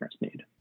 need